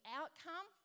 outcome